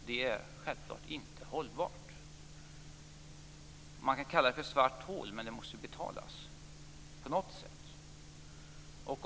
Det är självklart inte hållbart. Man kan kalla det för ett svart hål, men det måste ju betalas på något sätt.